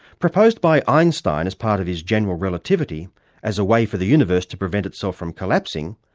proposed by einstein as part of his general relativity as a way for the universe to prevent itself from collapsing,